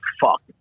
fuck